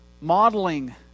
modeling